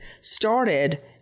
started